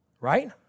Right